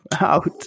out